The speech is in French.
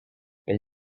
elle